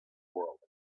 world